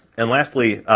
and lastly,